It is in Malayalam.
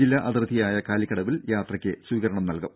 ജില്ലാ അതിർത്തിയായ കാലിക്കടവിൽ യാത്രക്ക് സ്വീകരണം നൽകും